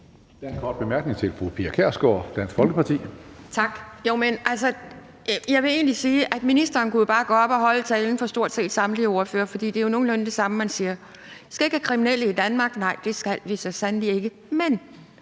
Jeg vil egentlig sige, at ministeren jo bare kunne gå op og holde talen for stort set samtlige ordførere. For det er jo nogenlunde det samme, man siger, altså at vi ikke skal have kriminelle i Danmark. Nej, det skal vi så sandelig ikke, men